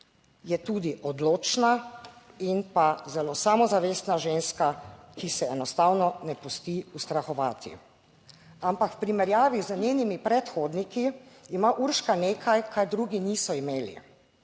Je tudi odločna in pa zelo samozavestna ženska, ki se enostavno ne pusti ustrahovati. Ampak v primerjavi z njenimi predhodniki ima Urška nekaj, kar drugi niso imeli,